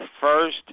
first